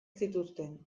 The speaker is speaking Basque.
zituzten